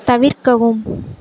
தவிர்க்கவும்